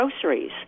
groceries